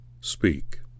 speak